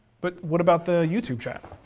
but, what about the youtube chat?